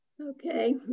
Okay